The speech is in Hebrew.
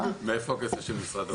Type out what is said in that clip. מאיפה הכסף של משרד האוצר?